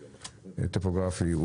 הטופוגרפי,